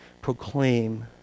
Proclaim